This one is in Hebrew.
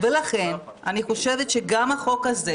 ולכן אני חושבת שגם הצעת החוק הזאת